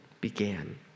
began